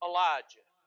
Elijah